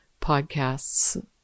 podcasts